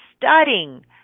studying